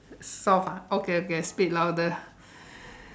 soft okay okay speak louder